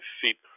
feet